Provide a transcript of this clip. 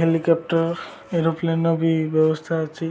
helicopter ଏରୋପ୍ଲେନ୍ର ବି ବ୍ୟବସ୍ଥା ଅଛି